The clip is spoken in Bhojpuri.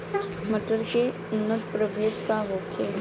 मटर के उन्नत प्रभेद का होखे?